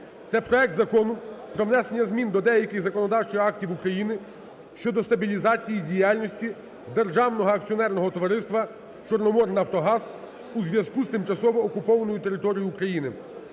це проект Закону про внесення змін до деяких законодавчих актів України щодо стабілізації діяльності Державного акціонерного товариства "Чорноморнафтогаз" у зв'язку з тимчасовою окупацією території України.